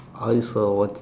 eyes are watching